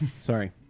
Sorry